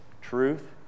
truth